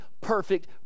perfect